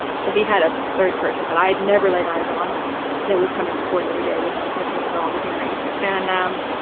so he had a third person that i'd never laid eyes on that was coming to court every day with, ah, with me for all hearings, and, um,